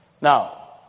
now